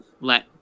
let